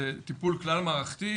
זה טיפול כלל מערכתי,